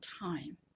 time